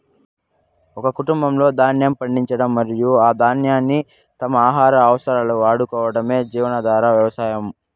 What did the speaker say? ఒక కుటుంబం ధాన్యం పండించడం మరియు ఆ ధాన్యాన్ని తమ ఆహార అవసరాలకు వాడుకోవటమే జీవనాధార వ్యవసాయం